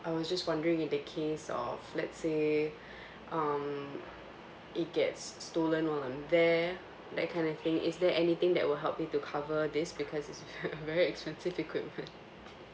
I was just wondering in the case of let's say um it gets stolen while I'm there that kind of thing is there anything that will help me to cover this because it's very very expensive equipment